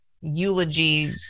eulogy